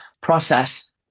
process